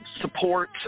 Support